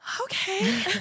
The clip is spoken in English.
Okay